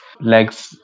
legs